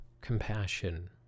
compassion